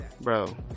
Bro